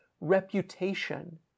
reputation